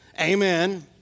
Amen